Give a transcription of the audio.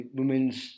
women's